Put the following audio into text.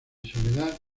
soledad